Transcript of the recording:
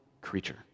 creature